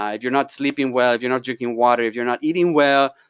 um if you're not sleeping well, if you're not drinking water, if you're not eating well,